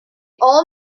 all